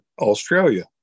Australia